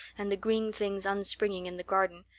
and the green things upspringing in the garden,